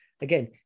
again